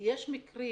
לכך שיש מקרים